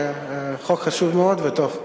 חוק חשוב מאוד וטוב.